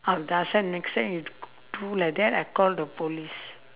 I ask them next time you throw like that I call the police